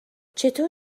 چطور